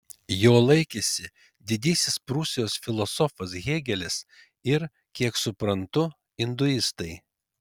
jo laikėsi didysis prūsijos filosofas hėgelis ir kiek suprantu induistai